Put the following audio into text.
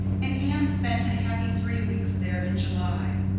and anne spent a happy three weeks there in july.